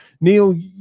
neil